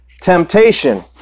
temptation